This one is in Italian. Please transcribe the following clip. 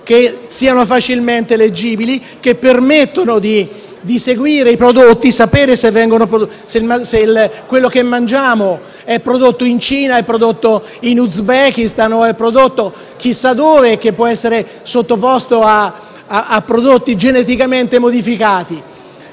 etichette facilmente leggibili, che permettono di tracciare i prodotti e sapere se ciò che mangiamo è prodotto in Cina, in Uzbekistan o chissà dove e che può essere composto da organismi geneticamente modificati.